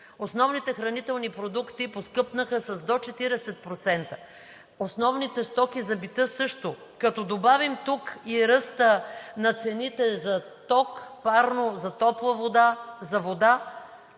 Основните хранителни продукти поскъпнаха до 40%, основните стоки за бита също. Като добавим тук и ръста на цените за ток, парно, за топла вода, за вода,